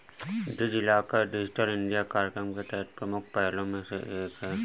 DigiLocker digital India कार्यक्रम के तहत प्रमुख पहलों में से एक है